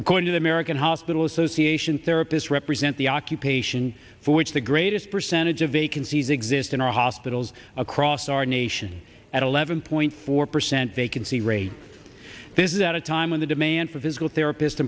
according to the american hospital association therapist represent the occupation for which the greatest percentage of vacancies exist in our hospitals across our nation at eleven point four percent vacancy rate this is at a time when the demand for physical therapist